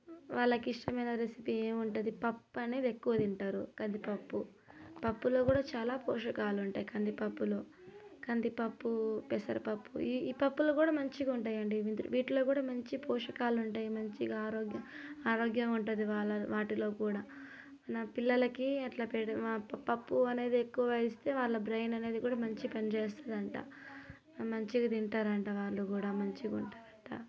వాళ్ళకి ఇష్టమైన రెసిపీ ఏమి ఉంటుంది పప్పు అనేది ఎక్కువ తింటారు కందిపప్పు పప్పులో కూడా చాలా పోషకాలు ఉంటాయి కందిపప్పులో కందిపప్పు పెసరపప్పు ఈ పప్పులో కూడా మంచిగా ఉంటాయండి వీటిల్లో కూడా మంచి పోషకాలు ఉంటాయి మంచిగా ఆరోగ్యంగా ఆరోగ్యంగా ఉంటుంది వాల వాటిలో కూడా నా పిల్లలకి అట్లా పెడితే పప్పు అనేది ఎక్కువ ఇస్తే వాళ్ళ బ్రెయిన్ అనేది కూడా మంచిగా పని చేస్తుందంట మంచిగా తింటారు అంట వాళ్ళు కూడా మంచిగా ఉంటారు అంట